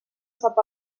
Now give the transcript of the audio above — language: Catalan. sap